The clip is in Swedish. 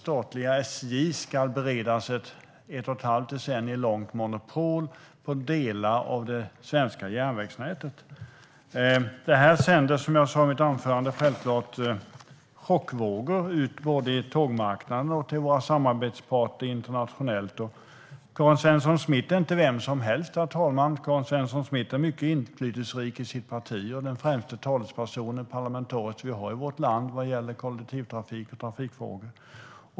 Statliga SJ ska beredas ett ett och ett halvt decennium långt monopol på delar av det svenska järnvägsnätet. Som jag sa i mitt anförande sänder det här såklart ut chockvågor både på tågmarknaden och hos våra samarbetspartner internationellt. Karin Svensson Smith är inte vem som helst, herr talman. Karin Svensson Smith är mycket inflytelserik i sitt parti och den främsta parlamentariska talespersonen i vårt land vad gäller kollektivtrafik och trafikfrågor.